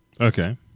okay